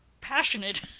passionate